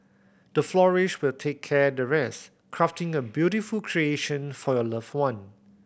the florist will take care the rest crafting a beautiful creation for your loved one